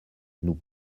nous